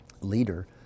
leader